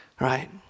right